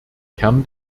kern